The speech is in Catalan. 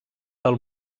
del